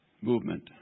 movement